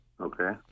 okay